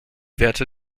werte